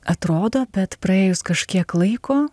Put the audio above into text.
atrodo bet praėjus kažkiek laiko